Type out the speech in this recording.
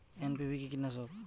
NPV কি কীটনাশক?